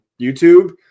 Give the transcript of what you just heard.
YouTube